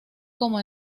como